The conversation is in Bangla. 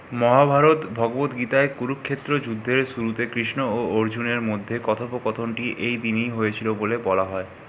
মহাভারত ভগবদ্ গীতায় কুরুক্ষেত্র যুদ্ধের শুরুতে কৃষ্ণ ও অর্জুনের মধ্যে কথোপকথনটি এই দিনই হয়েছিলো বলে বলা হয়